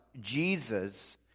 Jesus